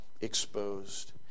exposed